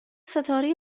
ستاره